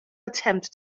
attempt